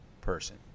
person